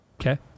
Okay